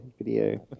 video